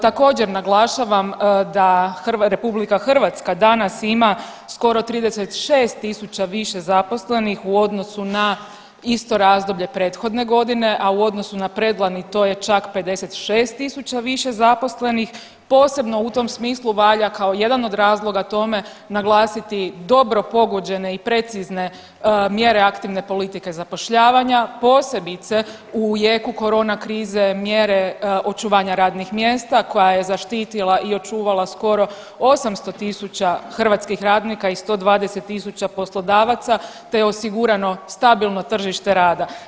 Također naglašavam da RH danas ima skoro 36.000 više zaposlenih u odnosu na isto razdoblje prethodne godine, a u odnosu na predlani to je čak 56.000 više zaposlenih, posebno u tom smislu valja kao jedan od razloga tome naglasiti dobro pogođene i precizne mjere aktivne politike zapošljavanja, posebice u jeku korona krize mjere očuvanja radnih mjesta koja je zaštitila i očuvala skoro 800.000 hrvatskih radnika i 120.000 poslodavaca te je osigurano stabilno tržište rada.